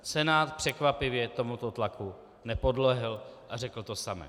Senát překvapivě tomuto tlaku nepodlehl a řekl to samé.